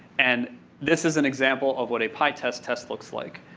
and this is an example of what a pytest test looks like.